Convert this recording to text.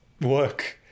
work